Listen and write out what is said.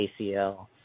ACL